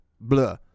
blah